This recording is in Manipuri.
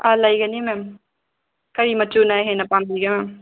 ꯑ ꯂꯩꯒꯅꯤ ꯃꯦꯝ ꯀꯔꯤ ꯃꯆꯨꯅ ꯍꯦꯟꯅ ꯄꯥꯝꯕꯤꯒꯦ ꯃꯦꯝ